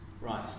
Right